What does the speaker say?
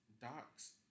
Docs